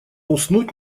уснуть